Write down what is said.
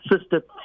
sister